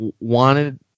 wanted